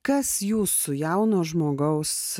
kas jūsų jauno žmogaus